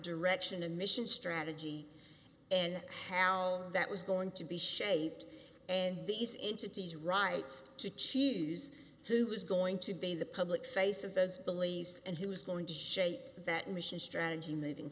direction and mission strategy and how that was going to be shaped and these entities right to choose who is going to be the public face of those beliefs and who is going to shape that mission strategy moving